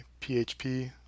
PHP